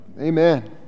Amen